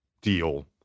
deal